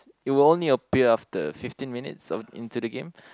it will only appear after fifteen minutes of into the game